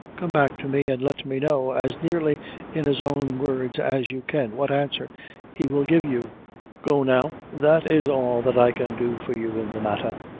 come back to me, and let me know, as nearly in his own words as you can, what answer he will give you go now, that is all that i can do for you in the matter.